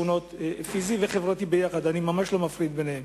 שכונות פיזי וחברתי יחד, אני ממש לא מפריד ביניהם.